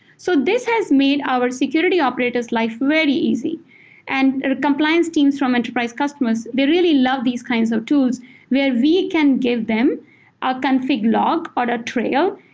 so this has made our security operators life very easy and compliance teams from enterprise customers, they really love these kinds of tools where we can give them a ah config log or a trail,